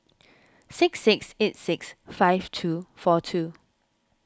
six six eight six five two four two